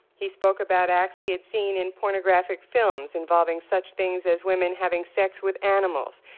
he spoke about acts he had seen in pornographic films involving such things as women having sex with animals,